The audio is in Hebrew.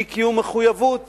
אי-קיום מחויבות